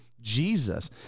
Jesus